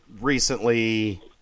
recently